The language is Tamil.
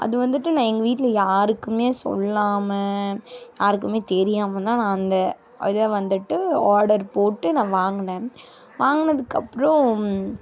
அது வந்துட்டு நான் எங்கள் வீட்டில் யாருக்கும் சொல்லாமல் யாருக்கும் தெரியாமல் தான் நான் அந்த அதை வந்துட்டு ஆர்டர் போட்டு நான் வாங்கினேன் வாங்குனதுக்கப்றம்